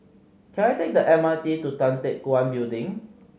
can I take the M R T to Tan Teck Guan Building